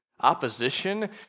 opposition